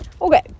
Okay